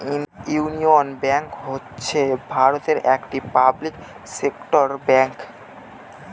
union Bank হচ্ছে ভারতের একটি পাবলিক সেক্টর ব্যাঙ্ক